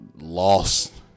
Lost